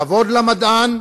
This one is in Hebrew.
כבוד למדען,